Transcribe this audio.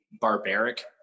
barbaric